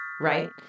right